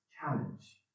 challenge